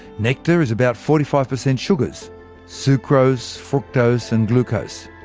nectar is about forty five per cent sugars sucrose, fructose and glucose.